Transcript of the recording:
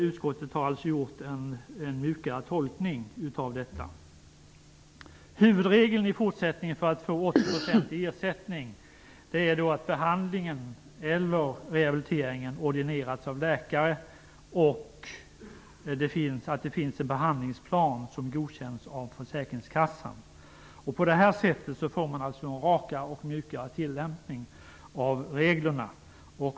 Utskottet har gjort en mjukare tolkning av bestämmelserna. Huvudregeln för att få 80-procentig ersättning är i fortsättningen att behandlingen eller rehabiliteringen ordinerats av läkare och att det finns en behandlingsplan som godkänts av försäkringskassan. På det här sättet får man en rakare och mjukare tillämpning av reglerna.